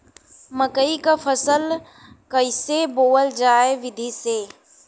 मकई क फसल कईसे बोवल जाई विधि से?